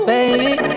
Baby